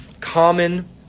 common